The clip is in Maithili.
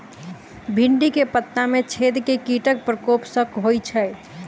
भिन्डी केँ पत्ता मे छेद केँ कीटक प्रकोप सऽ होइ छै?